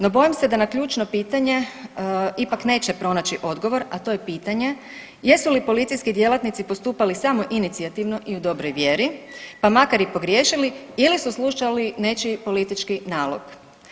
No bojim se da na ključno pitanje ipak neće pronaći odgovor, a to je pitanje jesu li policijski djelatnici postupali samo inicijativno i u dobroj vjeri, pa makar i pogriješili ili su slušali nečiji politički nalog.